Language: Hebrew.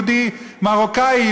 יהודי מרוקני,